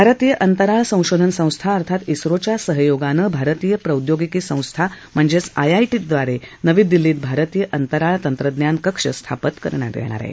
भारतीय अंतराळ संशोधन संस्था अर्थात इस्त्रोच्या सहयोगाने भारतीय प्रौद्योगिकी संस्था अर्थात आयआया ींद्वारे नवी दिल्लीत भारतीय अंतराळ तंत्रज्ञान कक्ष स्थापित करण्यात येणार आहे